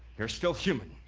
they're still human.